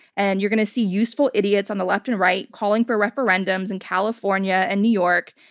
and you're going to see useful idiots on the left and right calling for referendums in california and new york,